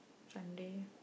Sunday